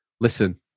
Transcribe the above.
Listen